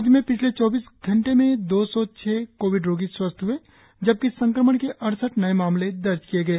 राज्य में पिछले चौबीस घंटे में दो सौ छह कोविड रोगी स्वस्थ हए जबकि संक्रमण के अड़सठ नए मामले दर्ज किए गए